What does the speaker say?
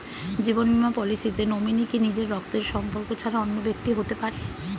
জীবন বীমা পলিসিতে নমিনি কি নিজের রক্তের সম্পর্ক ছাড়া অন্য ব্যক্তি হতে পারে?